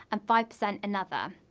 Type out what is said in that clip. and five percent another.